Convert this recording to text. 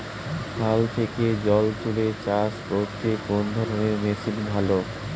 খাল থেকে জল তুলে চাষ করতে কোন ধরনের মেশিন ভালো?